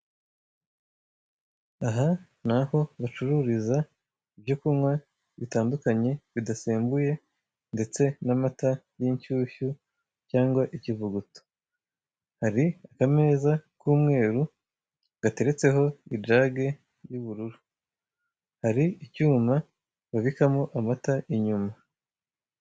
Aha naho bacururiza ibyo kunywa bitandukanye bidasembuye, ndetse n'amata y'inshyushyu cyangwa ikivuguto. Hari akameza k'umweru giteretseho ijage y'ubururu. Hari icyuma babikamo amata inyuma.